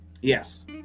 Yes